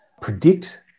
predict